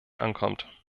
ankommt